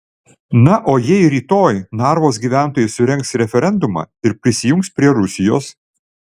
na o jei rytoj narvos gyventojai surengs referendumą ir prisijungs prie rusijos